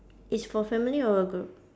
is for family or a group